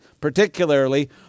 particularly